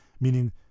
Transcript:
meaning